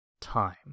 time